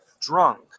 drunk